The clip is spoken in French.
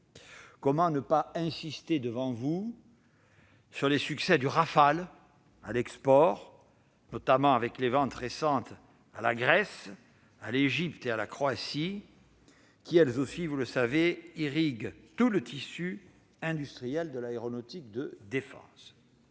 Comment ne pas insister devant vous sur les succès du Rafale à l'export, notamment avec les ventes récentes à la Grèce, à l'Égypte et à la Croatie, qui irriguent tout le tissu industriel de l'aéronautique de défense ?